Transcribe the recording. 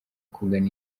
kugana